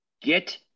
get